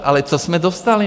Ale co jsme dostali?